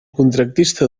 contractista